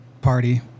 party